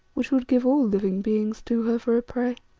which would give all living beings to her for a prey.